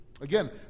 Again